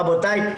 רבותי,